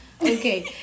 Okay